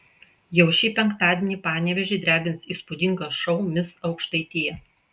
jau šį penktadienį panevėžį drebins įspūdingas šou mis aukštaitija